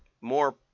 more